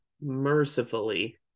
mercifully